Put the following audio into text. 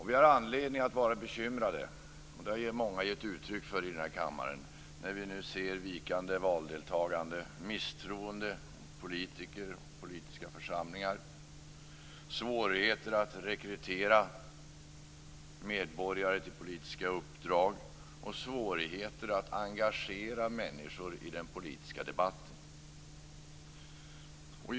Vi har anledning att vara bekymrade - och det har många gett uttryck för i kammaren - när vi ser vikande valdeltagande, misstro mot politiker och politiska församlingar, svårigheter att rekrytera medborgare till politiska uppdrag och svårigheter att engagera människor i den politiska debatten.